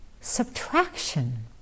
subtraction